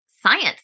science